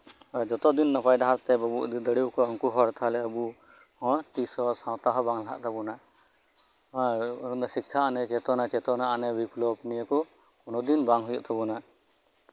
ᱡᱚᱛᱚ ᱫᱤᱱ ᱱᱟᱯᱟᱭ ᱰᱟᱦᱟᱨ ᱛᱮ ᱵᱟᱵᱚ ᱤᱫᱤ ᱫᱟᱲᱮᱭᱟᱠᱚᱣᱟ ᱩᱱᱠᱩ ᱦᱟᱲ ᱛᱟᱞᱦᱮ ᱟᱵᱩ ᱛᱤᱥᱦᱚᱸ ᱥᱟᱶᱛᱟ ᱵᱟᱝ ᱞᱟᱦᱟᱜ ᱛᱟᱵᱚᱱᱟ ᱟᱨ ᱚᱱᱮ ᱥᱤᱠᱠᱷᱟᱭ ᱟᱱᱮ ᱪᱮᱛᱚᱱᱟ ᱪᱮᱛᱚᱱᱟᱭ ᱟᱱᱮ ᱵᱤᱯᱞᱚᱵ ᱱᱤᱭᱟᱹ ᱠᱚ ᱩᱱᱟᱹᱜ ᱫᱤᱱ ᱵᱟᱝ ᱦᱩᱭᱩᱜ ᱛᱟᱵᱚᱱᱟ